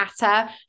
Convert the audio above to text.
Atta